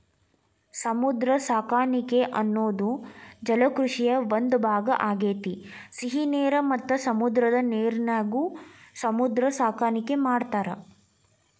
ಸಮುದ್ರ ಸಾಕಾಣಿಕೆ ಅನ್ನೋದು ಜಲಕೃಷಿಯ ಒಂದ್ ಭಾಗ ಆಗೇತಿ, ಸಿಹಿ ನೇರ ಮತ್ತ ಸಮುದ್ರದ ನೇರಿನ್ಯಾಗು ಸಮುದ್ರ ಸಾಕಾಣಿಕೆ ಮಾಡ್ತಾರ